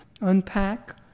unpack